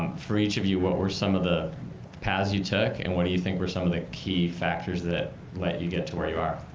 for each of you, what were some of the paths you took, and what do you think were some of the key factors that let you get to where you are?